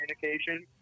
communication